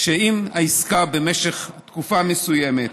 אם העסקה במשך תקופה מסוימת,